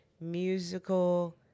musical